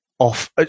off